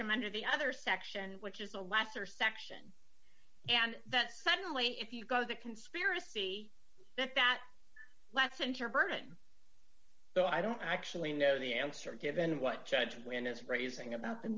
him under the other section which is a lesser section and that suddenly if you go the conspiracy that that lets enter burton so i don't actually know the answer given what judge win is raising about the